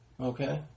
okay